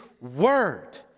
word